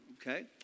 okay